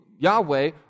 Yahweh